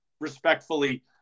respectfully